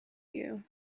you